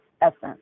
essence